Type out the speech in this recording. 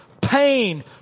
pain